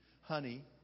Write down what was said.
Honey